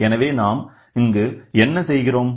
எனவே நாம் இங்கு என்ன செய்கிறோம்